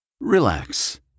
Relax